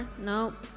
Nope